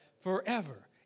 forever